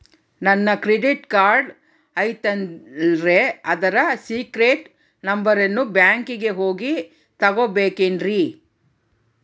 ನನ್ನ credit card ಐತಲ್ರೇ ಅದರ ಸೇಕ್ರೇಟ್ ನಂಬರನ್ನು ಬ್ಯಾಂಕಿಗೆ ಹೋಗಿ ತಗೋಬೇಕಿನ್ರಿ?